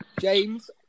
James